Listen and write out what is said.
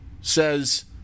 says